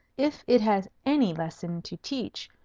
if it has any lesson to teach,